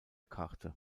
karte